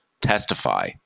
testify